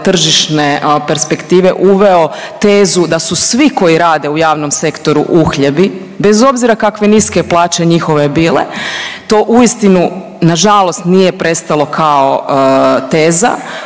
tržišne perspektive uveo tezu da su svi koji rade u javnom sektoru uhljebi bez obzira kakve niske plaće njihove bile, to uistinu nažalost nije prestalo kao teza.